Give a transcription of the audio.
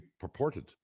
purported